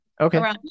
okay